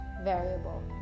variable